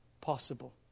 possible